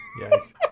Yes